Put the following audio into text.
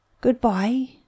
Goodbye